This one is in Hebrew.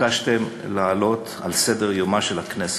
שביקשתם להעלות על סדר-יומה של הכנסת,